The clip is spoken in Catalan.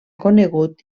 conegut